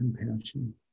compassion